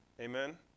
Amen